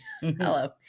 Hello